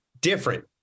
different